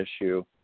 issue